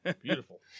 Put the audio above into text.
Beautiful